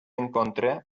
encontre